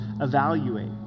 evaluate